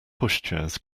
pushchairs